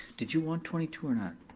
did you want twenty two or not?